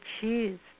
choose